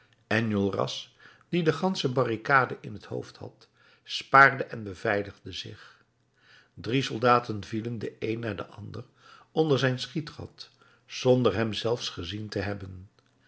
enjolras die de gansche barricade in het hoofd had spaarde en beveiligde zich drie soldaten vielen de een na den ander onder zijn schietgat zonder hem zelfs gezien te hebben